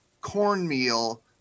cornmeal